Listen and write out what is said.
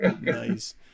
Nice